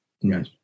Yes